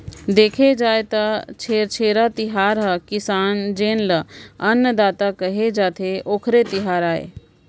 देखे जाए त छेरछेरा तिहार ह किसान जेन ल अन्नदाता केहे जाथे, ओखरे तिहार आय